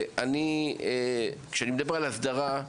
כשאני מדבר על הסדרה,